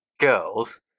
girls